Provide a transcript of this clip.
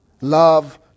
love